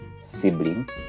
sibling